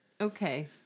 Okay